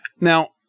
Now